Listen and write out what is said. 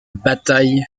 bataille